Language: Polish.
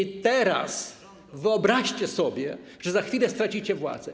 A teraz wyobraźcie sobie, że za chwilę stracicie władzę.